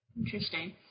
Interesting